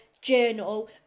journal